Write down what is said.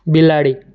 બિલાડી